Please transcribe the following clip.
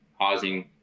causing